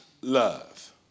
love